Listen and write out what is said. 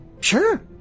Sure